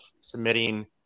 submitting